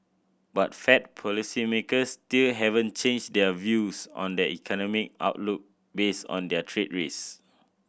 but Fed policymakers still haven't changed their views on the economic outlook based on their trade risk